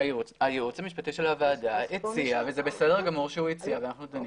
מהייעוץ המשפטי לוועדה הציע וזה בסדר גמור שהוא הציע ואנחנו דנים.